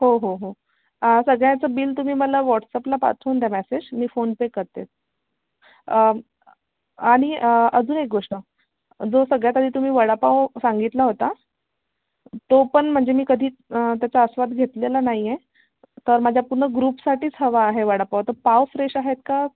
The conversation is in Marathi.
हो हो हो सगळ्याचं बिल तुम्ही मला व्हॉटसअपला पाठवून द्या मेसेज मी फोनपे करते आणि अजून एक गोष्ट जो सगळ्यात आधी तुम्ही वडापाव सांगितला होता तो पण म्हणजे मी कधीच त्याचा आस्वाद घेतलेला नाही आहे तर माझ्या पूर्ण ग्रुपसाठीच हवा आहे वडापाव तर पाव फ्रेश आहेत का